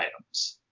items